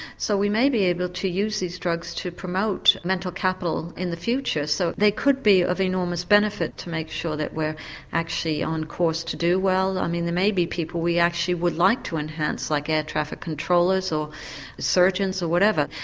so we may be able to use these drugs to promote mental capital in the future. so they could be of enormous benefit to make sure that we're actually on course to do well, i mean there may be people we actually would like to enhance like air traffic controllers, or surgeons whatever,